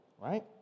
right